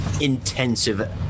intensive